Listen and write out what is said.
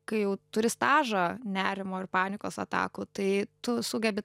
kai jau turi stažą nerimo ir panikos atakų tai tu sugebi